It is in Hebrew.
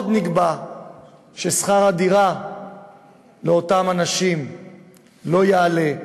עוד נקבע ששכר הדירה לאותם אנשים לא יעלה,